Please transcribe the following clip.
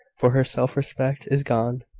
for her self-respect is gone.